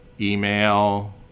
email